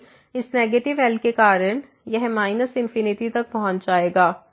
लेकिन इस negative L के कारण यह माइनस इनफिनिटी तक पहुंच जाएगा